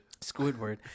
Squidward